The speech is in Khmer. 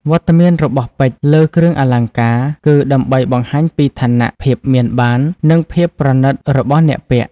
វត្តមានរបស់ពេជ្រលើគ្រឿងអលង្ការ គឺដើម្បីបង្ហាញពីឋានៈ ភាពមានបាន និងភាពប្រណីតរបស់អ្នកពាក់។